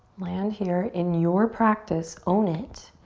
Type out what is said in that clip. land here in your practice, own it.